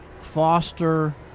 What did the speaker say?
foster